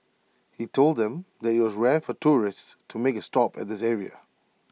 he told them that IT was rare for tourists to make A stop at this area